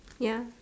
ya